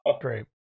great